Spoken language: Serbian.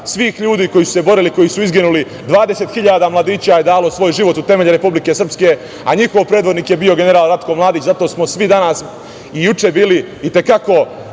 svih ljudi koji su se borili i koji su izginuli, 20.000 mladića je dalo svoj život u temelje Republike Srpske, a njihov predvodnik je bio general Ratko Mladić, zato smo svi danas i juče bili i te kako